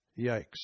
Yikes